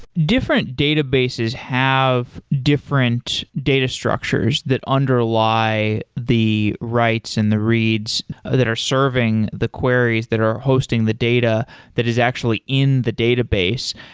different databases have different data structures that underlie the writes and the reads that are serving the queries that are hosting the data that is actually in the database,